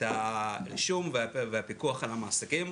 את הרישום והפיקוח על המעסיקים,